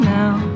now